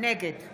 נגד